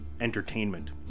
entertainment